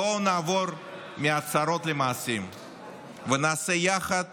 בואו נעבור מהצהרות למעשים ונעשה יחד